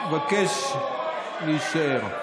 אני מבקש להישאר.